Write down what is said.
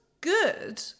good